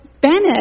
Bennett